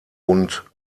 und